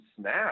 snap